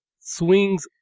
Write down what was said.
swings